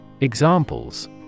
Examples